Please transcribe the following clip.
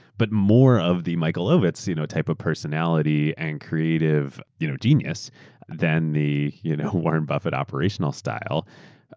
but more of the michael ovitz you know type of personality and creative you know genius than the you know warren buffet operational style.